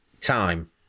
time